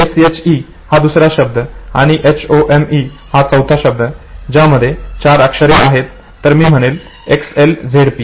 SHE हा दुसरा शब्द आणि HOME हा चौथा शब्द ज्यामध्ये चार अक्षरे आहे तर मी म्हणेन XLZP